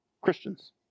Christians